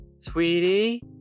Sweetie